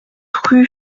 rue